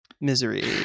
Misery